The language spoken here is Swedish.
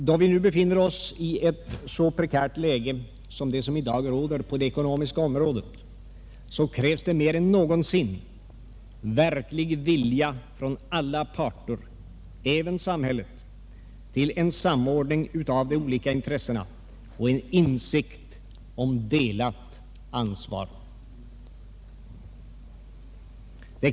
Då vi nu befinner oss i ett så prekärt läge som det som i dag råder på det ekonomiska området krävs mer än någonsin verklig vilja hos alla parter, även samhället, till en samordning av olika intressen och insikt om delat ansvar.